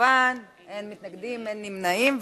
אין מתנגדים, אין נמנעים.